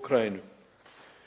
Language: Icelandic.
Úkraínu.